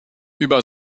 über